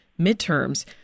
midterms